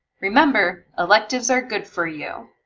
remember, electives are good for you!